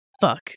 Fuck